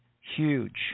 huge